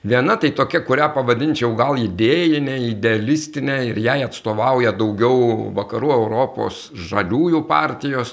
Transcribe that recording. viena tai tokia kurią pavadinčiau gal idėjine idealistine ir jai atstovauja daugiau vakarų europos žaliųjų partijos